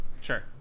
Sure